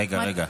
רגע, רגע.